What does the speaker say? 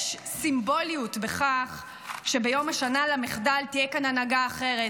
יש סימבוליות בכך שביום השנה למחדל תהיה כאן הנהגה אחרת,